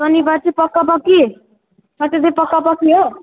शनिवार चाहिँ पक्कापक्की सटर्डे पक्कापक्की हो